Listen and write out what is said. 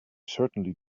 certainly